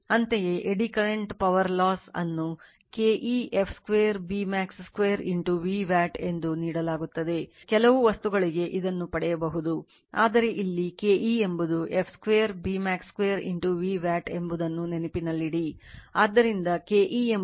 ಅಂತೆಯೇ eddy current power loss ವಾಗಿರುತ್ತದೆ